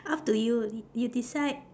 up to you you decide